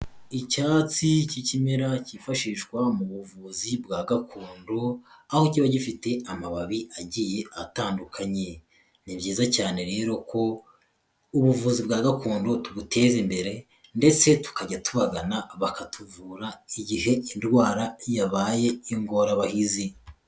Icyatsi cy'ikimera cyifashishwa mu buvuzi bwa gakondo, aho kiba gifite amababi agiye atandukanye, ni byiza cyane rero ko ubuvuzi bwa gakondo tubuteza imbere ndetse tukajya tubagana bakatuvura igihe indwara yabaye ingorabahizi.